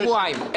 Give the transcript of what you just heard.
שבועיים.